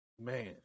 man